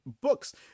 books